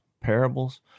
parables